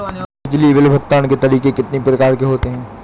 बिजली बिल भुगतान के तरीके कितनी प्रकार के होते हैं?